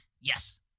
Yes